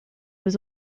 was